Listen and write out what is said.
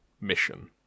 mission